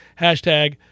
Hashtag